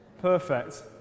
Perfect